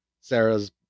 Sarah's